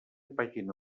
pàgina